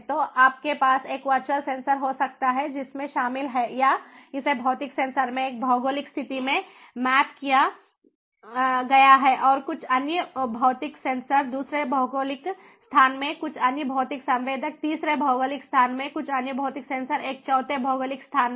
तो आपके पास एक वर्चुअल सेंसर हो सकता है जिसमें शामिल है या इसे भौतिक सेंसर में एक भौगोलिक स्थिति में मैप किया गया है और कुछ अन्य भौतिक सेंसर दूसरे भौगोलिक स्थान मेंकुछ अन्य भौतिक संवेदक तीसरे भौगोलिक स्थान में कुछ अन्य भौतिक सेंसर एक चौथे भौगोलिक स्थान में